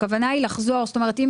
הכוונה היא לחזור, אם